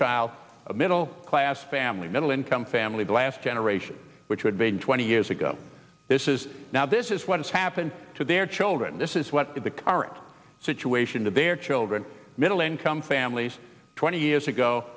child middle class family middle income family the last generation which had been twenty years ago this is now this is what has happened to their children this is what the current situation to their children middle income families twenty years ago